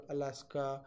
Alaska